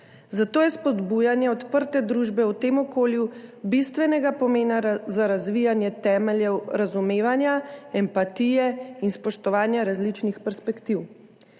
Zato je spodbujanje odprte družbe v tem okolju bistvenega pomena za razvijanje temeljev razumevanja, empatije in spoštovanja različnih perspektiv.